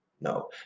no